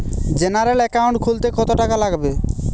General account খুলতে কত টাকা লাগবে?